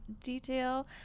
detail